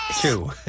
two